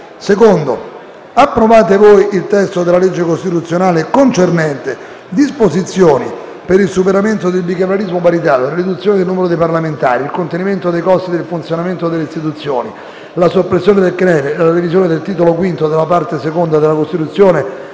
2) «Approvate voi il testo della legge costituzionale concernente "Disposizioni per il superamento del bicameralismo paritario, la riduzione del numero dei parlamentari, il contenimento dei costi di funzionamento delle istituzioni, la soppressione del CNEL e la revisione del Titolo V della parte II della Costituzione",